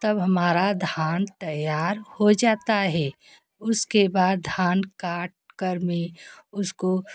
तब हमारा धान तैयार हो जाता है उसके बाद धान काटकर मैं उसको